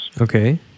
Okay